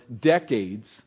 decades